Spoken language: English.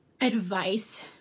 advice